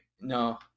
no